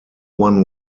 one